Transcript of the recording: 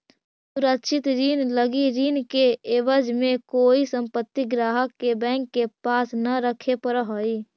असुरक्षित ऋण लगी ऋण के एवज में कोई संपत्ति ग्राहक के बैंक के पास न रखे पड़ऽ हइ